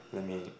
I mean